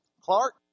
Clark